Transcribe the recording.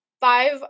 five